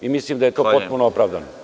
Mislim da je to potpuno opravdano.